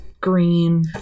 green